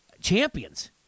champions